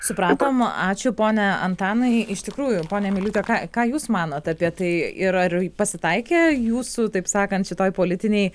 supratom ačiū pone antanai iš tikrųjų pone miliūte ką ką jūs manot apie tai yra ir pasitaikę jūsų taip sakant šitoj politinėj